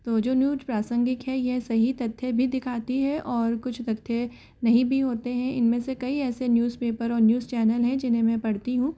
तो जो न्यूज़ प्रासंगिक है यह सही तथ्य भी दिखाती है और कुछ तथ्य नहीं भी होते हैं इनमें से कई ऐसे न्यूज़ पेपर और न्यूज़ चैनल है जिन्हें मैं पढ़ती हूँ